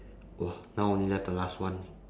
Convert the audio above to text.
!wah! now only left the last one